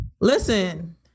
Listen